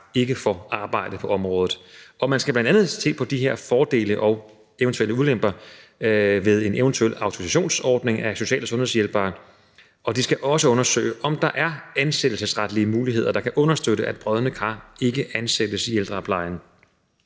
ikke får arbejde på området. Man skal bl.a. se på de her fordele og eventuelle ulemper ved en eventuel autorisationsordning for social- og sundhedshjælpere, og man skal også undersøge, om der er ansættelsesretlige muligheder, der kan understøtte, at brodne kar ikke ansættes i ældreplejen.